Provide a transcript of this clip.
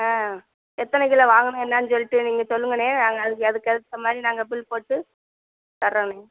ஆ எத்தனை கிலோ வாங்கணும் என்னென்னு சொல்லிட்டு நீங்கள் சொல்லுங்கண்ணே நாங்கள் அதுக்கு அதுக்கேற்ற மாதிரி நாங்கள் பில் போட்டு தரோம்ண்ணே